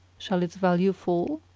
shall its value fall?